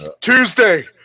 Tuesday